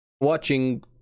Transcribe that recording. watching